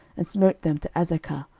and smote them to azekah,